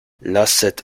lasset